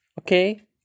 okay